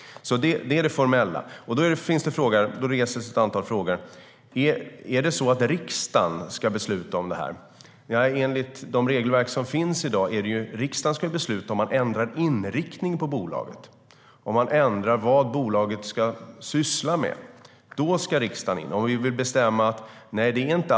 Det är det formella. Ska riksdagen besluta om detta? Om bolaget ska ändra inriktning på sin verksamhet ska riksdagen, enligt de regelverk som finns, besluta om det.